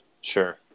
Sure